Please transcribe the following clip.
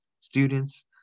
students